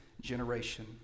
generation